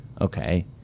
Okay